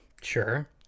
Sure